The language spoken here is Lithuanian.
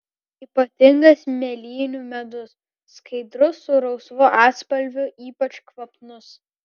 ypatingas mėlynių medus skaidrus su rausvu atspalviu ypač kvapnus